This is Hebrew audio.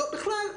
בכלל,